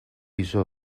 iso